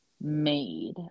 made